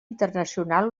internacional